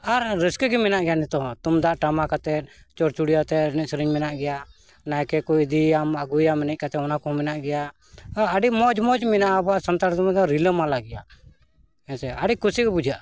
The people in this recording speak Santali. ᱟᱨ ᱨᱟᱹᱥᱠᱟᱹ ᱜᱮ ᱢᱮᱱᱟᱜ ᱜᱮᱭᱟ ᱱᱤᱛᱚᱜ ᱦᱚᱸ ᱛᱩᱢᱫᱟᱜ ᱴᱟᱢᱟᱠᱟᱛᱮ ᱪᱚᱲᱪᱩᱲᱤᱭᱟᱛᱮ ᱮᱱᱮᱡ ᱥᱮᱨᱮᱧ ᱢᱮᱱᱟᱜ ᱜᱮᱭᱟ ᱱᱟᱭᱠᱮ ᱠᱚ ᱤᱫᱤᱭᱮᱢ ᱟᱹᱜᱩᱭᱟᱢ ᱮᱱᱮᱡ ᱠᱟᱛᱮ ᱚᱱᱟ ᱠᱚ ᱢᱮᱱᱟᱜ ᱜᱮᱭᱟ ᱟᱹᱰᱤ ᱢᱚᱡᱽ ᱢᱚᱡᱽ ᱢᱮᱱᱟᱜᱼᱟ ᱟᱵᱚᱣᱟᱜ ᱥᱟᱱᱛᱟᱲ ᱫᱚᱢᱮ ᱫᱚ ᱨᱤᱞᱟᱹᱢᱟᱞᱟ ᱜᱮᱭᱟ ᱦᱮᱸᱥᱮ ᱟᱹᱰᱤ ᱠᱩᱥᱤ ᱜᱮ ᱵᱩᱡᱷᱟᱹᱜᱼᱟ